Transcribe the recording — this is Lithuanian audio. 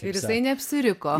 ir jisai neapsiriko